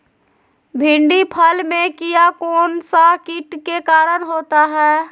भिंडी फल में किया कौन सा किट के कारण होता है?